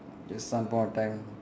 just some point of time